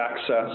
access